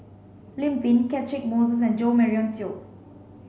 Lim Pin Catchick Moses and Jo Marion Seow